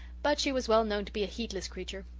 but she was well-known to be a heedless creature.